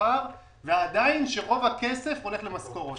מהשכר ושרוב הכסף ילך למשכורות.